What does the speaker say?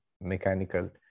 mechanical